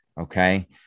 okay